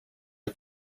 are